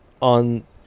on